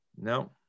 no